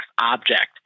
object